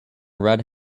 red